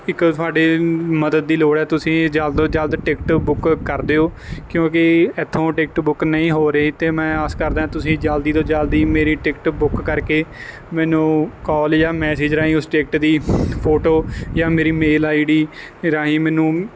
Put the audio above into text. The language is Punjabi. ਇੱਕ ਤੁਹਾਡੇ ਮਦਦ ਦੀ ਲੋੜ ਹੈ ਤੁਸੀਂ ਜਲਦ ਤੋਂ ਜਲਦ ਟਿਕਟ ਬੁੱਕ ਕਰ ਦਿਓ ਕਿਉਂਕਿ ਇੱਥੋਂ ਟਿਕਟ ਬੁੱਕ ਨਹੀਂ ਹੋ ਰਹੀ ਅਤੇ ਮੈਂ ਆਸ ਕਰਦਾ ਤੁਸੀਂ ਜਲਦੀ ਤੋਂ ਜਲਦੀ ਮੇਰੀ ਟਿਕਟ ਬੁੱਕ ਕਰਕੇ ਮੈਨੂੰ ਕੋਲ ਜਾਂ ਮੈਸਿਜ ਰਾਹੀਂ ਉਸ ਟਿਕਟ ਦੀ ਫੋਟੋ ਜਾਂ ਮੇਰੀ ਮੇਲ ਆਈ ਡੀ ਰਾਹੀਂ ਮੈਨੂੰ